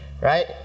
right